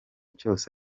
cyose